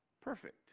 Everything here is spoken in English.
perfect